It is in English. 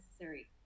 necessary